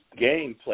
gameplay